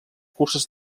curses